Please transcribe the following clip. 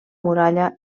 muralla